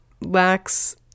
lacks